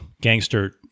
gangster